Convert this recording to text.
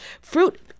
fruit